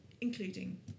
including